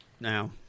Now